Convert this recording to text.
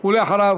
ואחריו,